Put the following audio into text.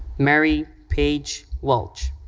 mary page welch.